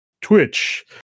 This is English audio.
Twitch